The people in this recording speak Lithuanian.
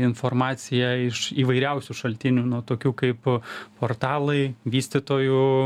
informaciją iš įvairiausių šaltinių nuo tokių kaip portalai vystytojų